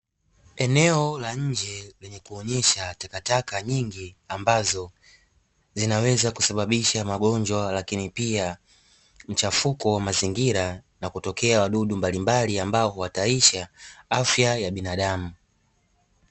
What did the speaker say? Eneo la nje lenye kuonesha takataka nyingi ambazo zinaweza kusababisha magonjwa, lakini pia mchafuko wa mazingira na kutokea wadudu mbalimbali ambao huhatarisha afya ya binadamu.